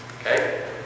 okay